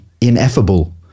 ineffable